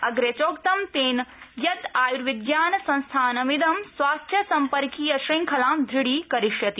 अग्रे चोक्तम् तेन यत् आय्र्विज्ञानसंस्थानमिद स्वास्थ्यसम्पर्कीय श्रंखलां द्रढ़ी करिष्यति